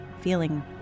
feeling